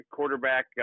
Quarterback